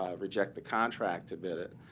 um reject the contract to bid it,